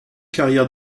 carrière